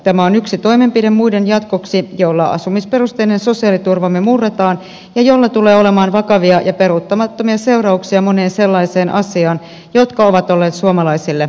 tämä on yksi toimenpide muiden jatkoksi jolla asumisperusteinen sosiaaliturvamme murretaan ja jolla tulee olemaan vakavia ja peruuttamattomia seurauksia moneen sellaiseen asiaan jotka ovat olleet suomalaisille itsestään selviä